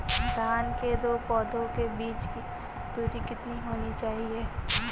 धान के दो पौधों के बीच की दूरी कितनी होनी चाहिए?